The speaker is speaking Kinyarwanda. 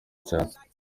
cyane